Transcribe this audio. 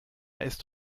ist